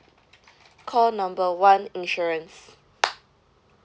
call number one insurance